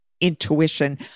intuition